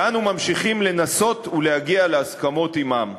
ואנו ממשיכים לנסות ולהגיע להסכמות עמם.